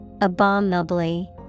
Abominably